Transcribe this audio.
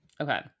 Okay